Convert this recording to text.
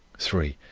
three,